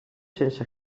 sense